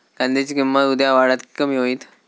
कांद्याची किंमत उद्या वाढात की कमी होईत?